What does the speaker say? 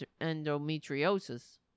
endometriosis